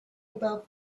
about